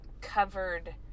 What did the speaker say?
covered